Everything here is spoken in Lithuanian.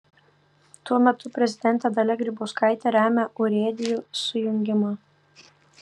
tuo metu prezidentė dalia grybauskaitė remia urėdijų sujungimą